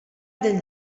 del